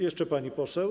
Jeszcze pani poseł.